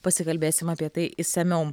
pasikalbėsim apie tai išsamiau